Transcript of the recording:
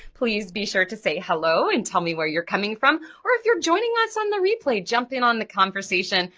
please be sure to say hello and tell me where you're coming from or if you're joining us on the replay, jump in on the conversation.